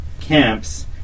camps